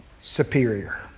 superior